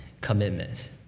commitment